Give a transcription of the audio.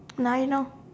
now you know